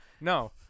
no